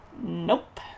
Nope